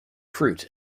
fruit